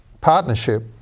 partnership